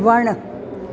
वण